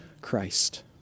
Christ